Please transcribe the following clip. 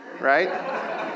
Right